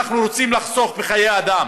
אנחנו רוצים לחסוך בחיי אדם.